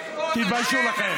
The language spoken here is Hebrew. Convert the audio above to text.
תתביישו לכם.